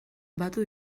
batu